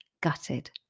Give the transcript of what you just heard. gutted